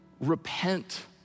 repent